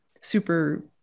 super